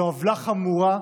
זו עוולה חמורה.